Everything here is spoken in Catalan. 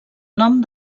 nom